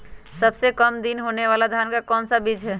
सबसे काम दिन होने वाला धान का कौन सा बीज हैँ?